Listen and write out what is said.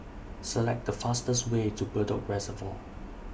Select The fastest Way to Bedok Reservoir